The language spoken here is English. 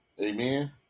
Amen